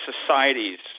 societies